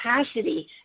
capacity